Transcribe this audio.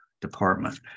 department